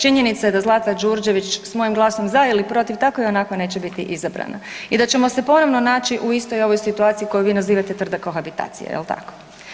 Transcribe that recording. Činjenica je da Zlata Đurđević s mojim glasom za ili protiv tako i onako neće biti izabrana i da ćemo se ponovno naći u istoj ovoj situaciji koju vi nazivate tvrda kohabitacija, jel tako.